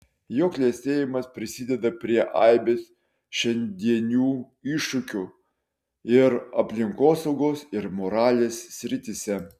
jo klestėjimas prisideda prie aibės šiandienių iššūkių ir aplinkosaugos ir moralės srityse